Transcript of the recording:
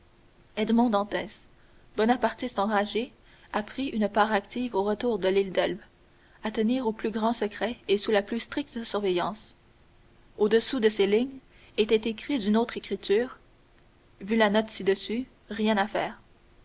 dantès bonapartiste enragé a pris une part active au retour de l'île d'elbe à tenir au plus grand secret et sous la plus stricte surveillance au-dessous de ces lignes était écrit d'une autre écriture vu la note ci-dessus rien à faire